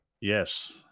Yes